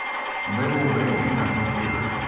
and they will obey me, have no fear.